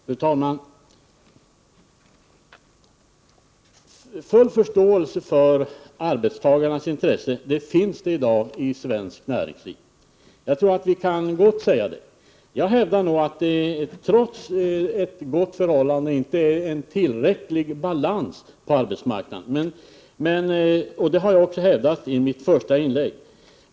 Fru talman! Full förståelse för arbetstagarnas intresse finns det i dag i svenskt näringsliv. Jag tror att vi gott kan säga det. Jag hävdar att det trots ett gott förhållande inte är en tillräcklig balans på arbetsmarknaden. Det har jag också hävdat i mitt första inlägg.